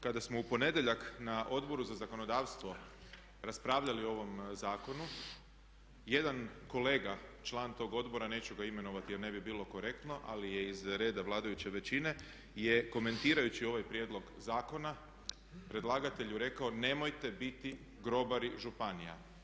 Kada smo u ponedjeljak na Odboru za zakonodavstvo raspravljali o ovom zakonu jedan kolega član tog odbora neću ga imenovati jer ne bi bilo korektno, ali je iz reda vladajuće većine je komentirajući ovaj prijedlog zakona predlagatelju rekao nemojte biti grobari županija.